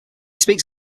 speaks